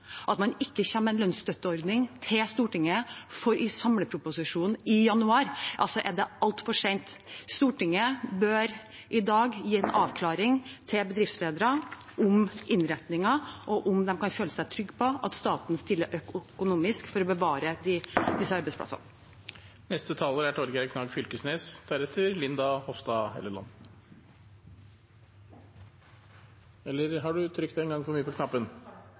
at man ikke kommer med en lønnstøtteordning til Stortinget – i samleproposisjonen i januar er det altfor sent. Stortinget bør i dag gi en avklaring til bedriftsledere om innretninger og om de kan føle seg trygge på at staten stiller opp økonomisk for å bevare disse arbeidsplassene. Det er